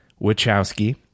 Wachowski